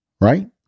right